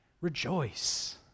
Rejoice